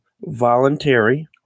voluntary